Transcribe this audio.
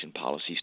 policies